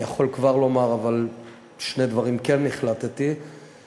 אני יכול כבר לומר שכן החלטתי שני דברים: